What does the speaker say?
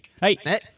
hey